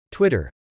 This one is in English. Twitter